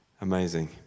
Amazing